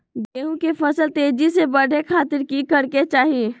गेहूं के फसल तेजी से बढ़े खातिर की करके चाहि?